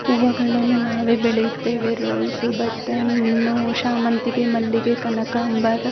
ಹೂವುಗಳನ್ನು ನಾವೇ ಬೆಳೆಯುತ್ತೇವೆ ರೋಸು ಬಟನ್ನು ಶಾಮಂತಿಗೆ ಮಲ್ಲಿಗೆ ಕನಕಾಂಬರ